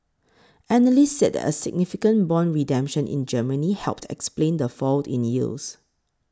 analysts said a significant bond redemption in Germany helped explain the fall in yields